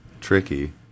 tricky